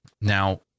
Now